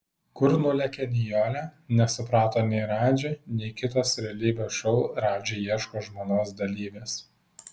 kur nulėkė nijolė nesuprato nei radži nei kitos realybės šou radži ieško žmonos dalyvės